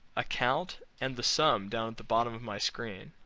a count, and the sum down at the bottom of my screen